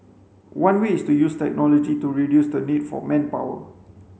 one way is to use technology to reduce the need for manpower